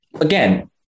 Again